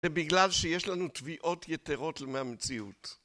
זה בגלל שיש לנו טביעות יתרות מהמציאות.